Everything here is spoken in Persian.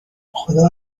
خدا